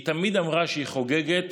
היא תמיד אמרה שהיא חוגגת